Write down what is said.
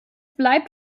bleibt